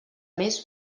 més